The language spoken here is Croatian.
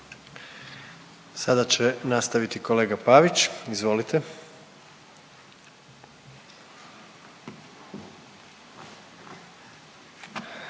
Sada će nastaviti kolega Pavić. Izvolite.